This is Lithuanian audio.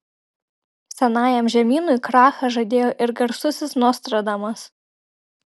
senajam žemynui krachą žadėjo ir garsusis nostradamas